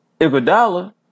Iguodala